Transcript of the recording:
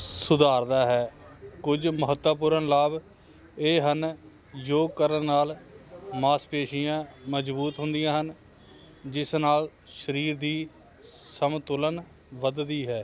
ਸੁਧਾਰਦਾ ਹੈ ਕੁਝ ਮਹੱਤਵਪੂਰਨ ਲਾਭ ਇਹ ਹਨ ਯੋਗ ਕਰਨ ਨਾਲ ਮਾਸਪੇਸ਼ੀਆਂ ਮਜ਼ਬੂਤ ਹੁੰਦੀਆਂ ਹਨ ਜਿਸ ਨਾਲ ਸਰੀਰ ਦੀ ਸੰਤੁਲਨ ਵੱਧਦੀ ਹੈ